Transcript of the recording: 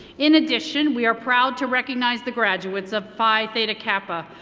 in addition, we are proud to recognize the graduates of phi beta kappa,